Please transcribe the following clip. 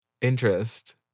Interest